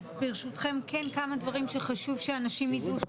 אז ברשותכם, כן כמה דברים שחשוב שאנשים ידעו.